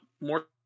more